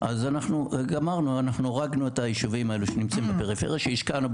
אנחנו בדיון השלישי על התיקונים לפקודת האגודות השיתופיות.